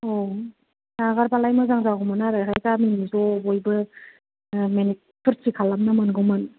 नागारबालाय मोजां जागौमोन आरो गामिनि ज' बयबो मिलि फुरथि खालामनो मोनगौमोन